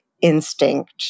instinct